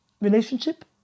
relationship